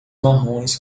marrons